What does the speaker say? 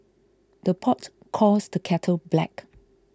the pot calls the kettle black